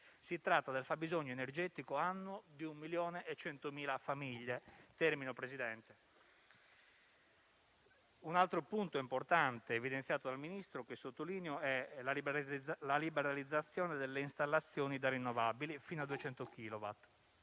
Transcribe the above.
si tratta del fabbisogno energetico annuo di 1,1 milioni di famiglie. Un altro punto importante evidenziato dal Ministro - lo sottolineo - è la liberalizzazione delle installazioni da rinnovabili fino a 200 chilowatt: